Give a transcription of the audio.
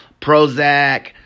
Prozac